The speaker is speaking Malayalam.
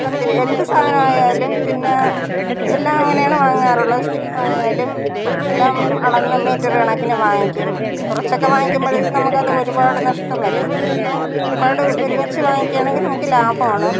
കത്രിക എന്ത് സാധനമായാലും പിന്നെ എല്ലാം അങ്ങനെയാണ് വാങ്ങാറുള്ളത് സ്റ്റിപ്പായാലും എല്ലാം അളന്നു മീറ്ററുകണക്കിന് വാങ്ങിക്കും കുറച്ചൊക്കെ വാങ്ങിക്കുമ്പോൾ നമുക്കത് ഒരുപാട് നഷ്ടം വരും അപ്പം ഒരുപാട് ഒരുമിച്ച് വാങ്ങിക്കുക ആണെങ്കിൽ നമുക്ക് ലാഭം ആണ്